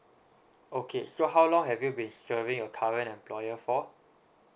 okay so how long have you been serving your current employer for